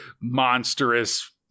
monstrous